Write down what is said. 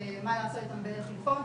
מה לעשות איתם ואיך לפעול,